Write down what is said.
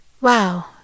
Wow